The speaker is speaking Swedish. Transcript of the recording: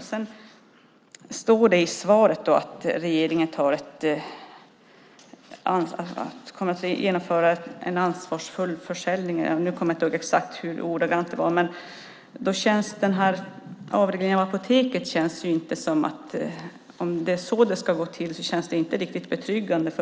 I svaret står det att regeringen kommer att genomföra en ansvarsfull försäljning - jag kommer inte ihåg hur det stod ordagrant. Om det ska gå till som vid avregleringen av Apoteket känns det inte riktigt betryggande.